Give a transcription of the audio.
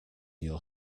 your